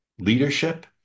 leadership